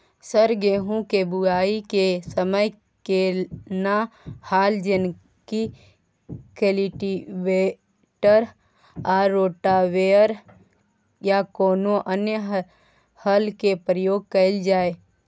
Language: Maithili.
सर गेहूं के बुआई के समय केना हल जेनाकी कल्टिवेटर आ रोटावेटर या कोनो अन्य हल के प्रयोग कैल जाए?